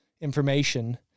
information